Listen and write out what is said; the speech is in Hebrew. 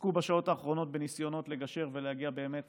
עסקו בשעות האחרונות בניסיונות לגשר ולהגיע באמת